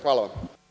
Hvala vam.